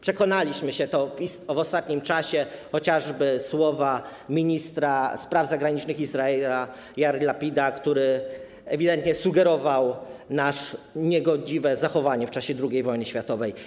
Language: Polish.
Przekonaliśmy się o tym w ostatnim czasie, pamiętamy chociażby słowa ministra spraw zagranicznych Izraela Jair Lapida, który ewidentnie sugerował nasze niegodziwe zachowanie w czasie II wojnie światowej.